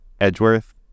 Edgeworth